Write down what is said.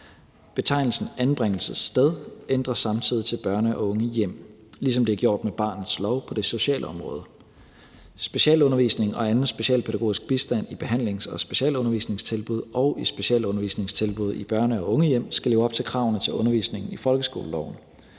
Betegnelsen anbringelsessted ændres samtidig til børne- og ungehjem, ligesom det er gjort med barnets lov på det sociale område. Specialundervisning og anden specialpædagogisk bistand i behandlings- og specialundervisningstilbud og i specialundervisningstilbud i børne- og ungehjem skal leve op til kravene til undervisningen i folkeskoleloven.